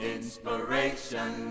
Inspiration